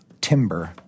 timber